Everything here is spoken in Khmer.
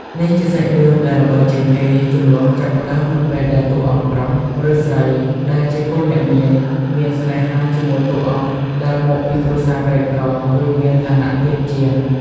នេះជាសាច់រឿងដែលល្បីជាងគេ ជម្លោះចាប់ផ្ដើមនៅពេលដែលតួអង្គប្រុស ឬស្រីដែលជាកូនអ្នកមាន មានស្នេហាជាមួយតួអង្គដែលមកពីគ្រួសារក្រីក្រ ឬមានឋានៈទាបជាង។